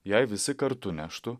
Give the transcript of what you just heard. jei visi kartu neštų